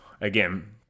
again